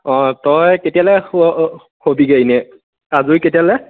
অঁ তই কেতিয়ালৈ হ'বিগৈ এনেই আজৰি কেতিয়ালৈ